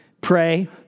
pray